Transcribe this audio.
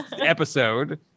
episode